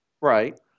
Right